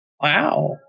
Wow